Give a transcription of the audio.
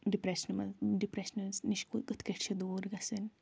ڈِپرٮ۪شنہِ منٛز ڈِپرؠشَنَس نِش کِتھ کٲٹھۍ چھ دوٗر گَسان